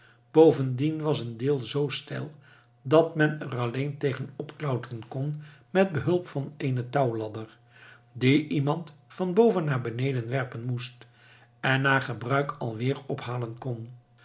bovendien was een deel z steil dat men er alleen tegen opklauteren kon met behulp van eene touwladder die iemand van boven naar beneden werpen moest en na gebruik alweer ophalen kon